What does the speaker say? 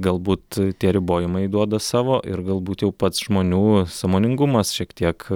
galbūt tie ribojimai duoda savo ir galbūt jau pats žmonių sąmoningumas šiek tiek